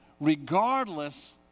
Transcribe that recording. regardless